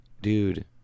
dude